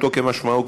פשוטו כמשמעו,